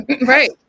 Right